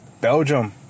Belgium